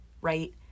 right